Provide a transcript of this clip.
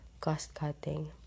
cost-cutting